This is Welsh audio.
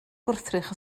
gwrthrych